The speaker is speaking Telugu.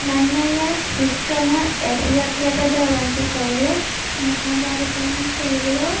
నన్నయ తిక్కన ఎర్రాప్రగడ వంటి కవులు మహాభారతాన్ని తెలుగులో